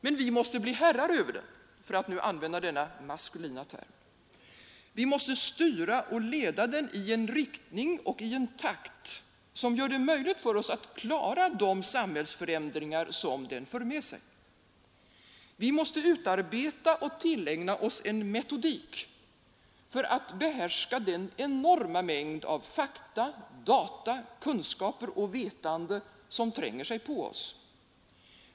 Men vi måste bli herrar över den — för att nu använda denna maskulina term — och vi måste styra och leda den i en riktning och i en takt som gör det möjligt för oss att klara de samhällsförändringar som den för med sig. Vi måste utarbeta och tillägna oss en metodik för att behärska den enorma mängd av fakta, data, kunskaper och vetande som tränger sig på oss.